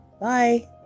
Bye